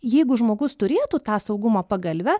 jeigu žmogus turėtų tą saugumo pagalvę